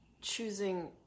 choosing